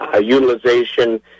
utilization